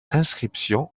inscription